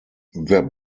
their